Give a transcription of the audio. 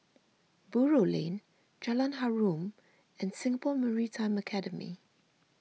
Buroh Lane Jalan Harum and Singapore Maritime Academy